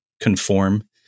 conform